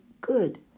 good